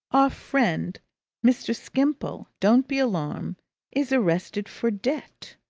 our friend mr. skimpole don't be alarmed is arrested for debt.